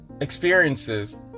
experiences